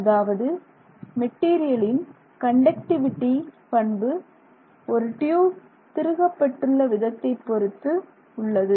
அதாவது மெட்டீரியலின் கண்டக்டிவிடி பண்பு ஒரு டியூப் திருகப்பட்டுள்ள விதத்தைப் பொறுத்து உள்ளது